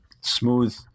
smooth